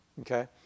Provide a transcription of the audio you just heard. Okay